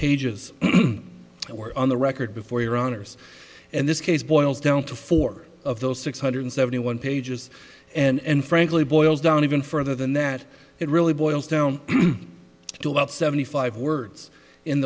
that were on the record before your honor's and this case boils down to four of those six hundred seventy one pages and frankly boils down even further than that it really boils down to about seventy five words in